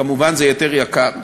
כמובן, זה יותר יקר,